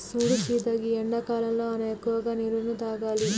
సూడు సీత గీ ఎండాకాలంలో మనం ఎక్కువగా నీరును తాగాలి